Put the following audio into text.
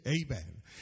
amen